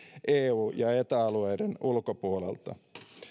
eu ja eta alueiden ulkopuolelta